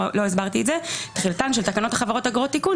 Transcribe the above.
לא הסברתי את זה תחילתן של תקנות חברות (אגרות) (תיקון),